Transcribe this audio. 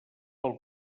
pel